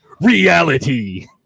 Reality